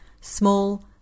small